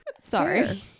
sorry